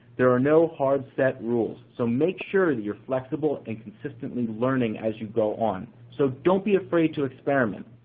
there are no hard set rules, so make sure that you're flexible and consistently learning as you go on. so don't be afraid to experiment.